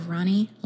Ronnie